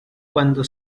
cuando